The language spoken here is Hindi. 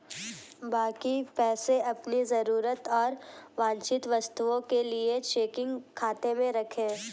बाकी पैसे अपनी जरूरत और वांछित वस्तुओं के लिए चेकिंग खाते में रखें